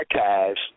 Archives